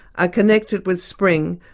ah connected with spring,